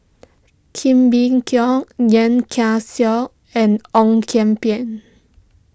Kee Bee Khim Yeo Kian and Ong Kian Peng